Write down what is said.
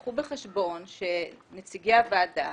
קחו בחשבון שנציגי הוועדה